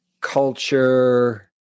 culture